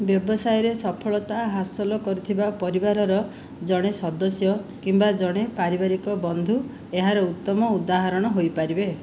ବ୍ୟବସାୟରେ ସଫଳତା ହାସଲ କରିଥିବା ପରିବାରର ଜଣେ ସଦସ୍ୟ କିମ୍ବା ଜଣେ ପାରିବାରିକ ବନ୍ଧୁ ଏହାର ଉତ୍ତମ ଉଦାହରଣ ହୋଇପାରିବେ